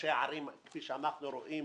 ראשי ערים, כפי שאנחנו רואים,